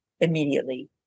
immediately